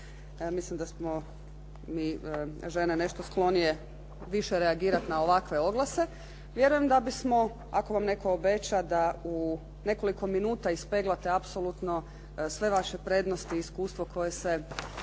mislim da smo mi žene nešto sklonije više reagirati na ovakve oglase vjerujem da bismo ako vam netko obeća da u nekoliko minuta ispeglate apsolutno sve vaše prednosti i iskustvo koje se